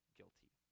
guilty